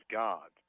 god